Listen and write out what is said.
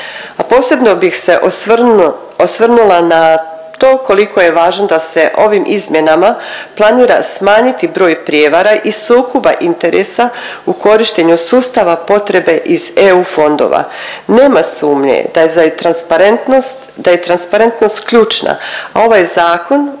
posebno bih se osvrnula na to koliko je važno da se ovim izmjenama planira smanjiti broj prijevara i sukoba interesa u korištenju sustava potrebe iz EU fondova. Nema sumnje da za transparentnost, da je